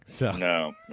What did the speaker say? No